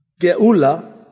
Geula